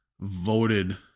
voted